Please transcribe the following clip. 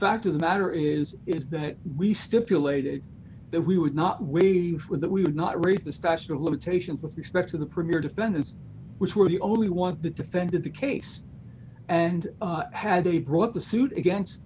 fact of the matter is is that we stipulated that we would not waive with that we would not raise the statute of limitations with respect to the premier defendants which were the only ones that defended the case and had they brought the suit against